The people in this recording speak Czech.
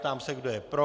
Ptám se, kdo je pro.